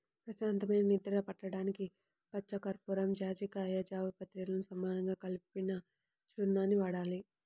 ప్రశాంతమైన నిద్ర పట్టడానికి పచ్చకర్పూరం, జాజికాయ, జాపత్రిలను సమానంగా కలిపిన చూర్ణాన్ని వాడాలి